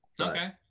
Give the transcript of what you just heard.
okay